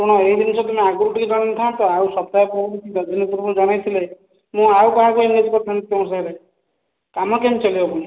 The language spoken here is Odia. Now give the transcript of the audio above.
ଶୁଣ ଏଇ ଏଇ ଜିନିଷ ତମେ ଆଗୁରୁ ଟିକେ ଜଣେଇଥାନ୍ତ ଆଉ ସପ୍ତାହ ପୂର୍ବରୁ କି ଦଶ ଦିନ ପୂର୍ବରୁ ଜଣେଇଥିଲେ ମୁଁ ଆଉ କାହାକୁ ଏନଗେଜ୍ କରିଥାନ୍ତି ତମ ଜାଗାରେ କାମ କେମିତି ଚାଲିବ ପୁଣି